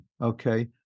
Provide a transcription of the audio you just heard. okay